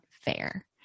fair